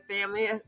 family